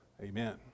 Amen